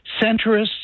centrist